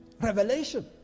revelation